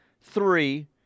Three